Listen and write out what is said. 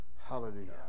Hallelujah